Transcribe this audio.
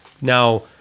Now